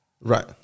right